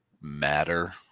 matter